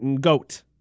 Goat